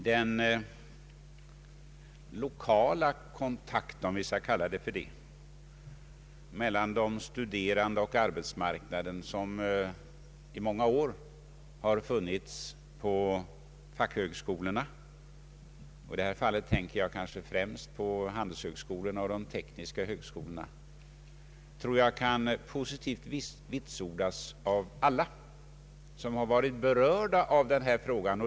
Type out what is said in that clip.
Den lokala kontakt, om vi skall kalla den så, mellan de stude rande och arbetsmarknaden som i många år har funnits inom fackhögskolorna — i detta fall tänker jag kanske främst på handelshögskolorna och de tekniska högskolorna — kan säkert vitsordas av alla som har varit berörda av den här frågan.